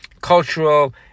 cultural